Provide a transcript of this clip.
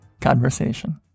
conversation